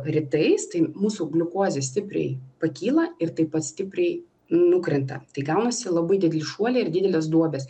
rytais tai mūsų gliukozė stipriai pakyla ir taip pat stipriai nukrenta tai gaunasi labai dideli šuoliai ir didelės duobės